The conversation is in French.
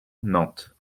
nantes